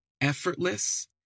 effortless